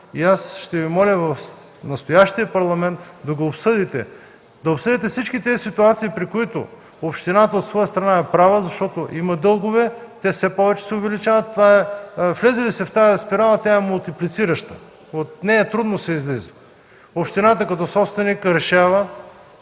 и аз ще Ви моля в настоящия Парламент да го обсъдите и всички тези ситуации. Общината от своя страна е права, защото има дългове, те все повече се увеличават и влезе ли се в тази спирала, тя е мултиплицираща и от нея трудно се излиза. Общината като собственик решава,